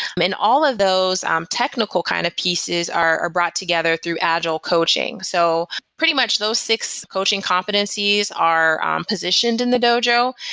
i mean, all of those um technical kind of pieces are are brought together through agile coaching. so pretty much those six coaching competencies are um positioned in the dojo,